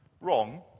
wrong